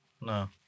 No